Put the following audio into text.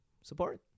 Support